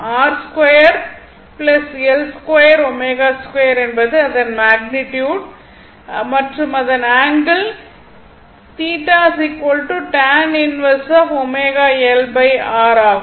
R 2 L 2 ω 2 என்பது அதன் magnitude மற்றும் அதன் ஆங்கிள் ஆகும்